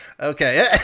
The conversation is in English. Okay